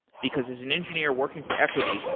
because as an engineering working for equity,